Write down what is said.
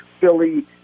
Philly